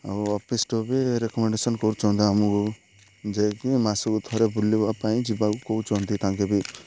ଆଉ ଅଫିସଠୁ ବି ରେକୋମେଣ୍ଡେସନ କରୁଛନ୍ତି ଆମକୁ ଯେ କି ମାସକୁ ଥରେ ବୁଲିବା ପାଇଁ ଯିବାକୁ କହୁଛନ୍ତି ତାଙ୍କେ ବି